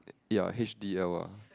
ya h_d_l ah